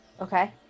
Okay